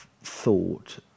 thought